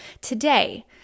Today